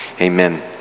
Amen